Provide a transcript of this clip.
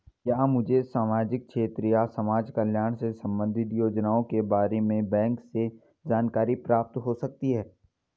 क्या मुझे सामाजिक क्षेत्र या समाजकल्याण से संबंधित योजनाओं के बारे में बैंक से जानकारी प्राप्त हो सकती है?